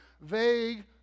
vague